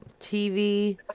TV